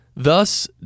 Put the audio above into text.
Thus